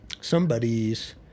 somebody's